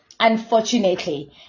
Unfortunately